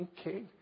Okay